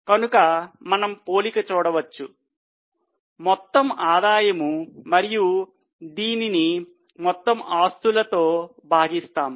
కనుక మనము పోలిక చూడవచ్చు మొత్తము ఆదాయము మరియు దీనిని మొత్తము ఆస్తులతో భాగిస్తాము